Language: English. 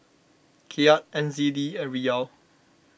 Kyat N Z D and Riyal